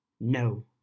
No